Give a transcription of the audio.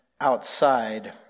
outside